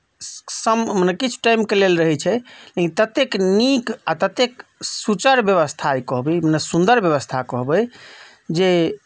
सम मने किछु टाइम के लेल रहै छै ततेक नीक आ ततेक सुचारू व्यवस्था कहबै नहि सुन्दर व्यवस्था कहबै जे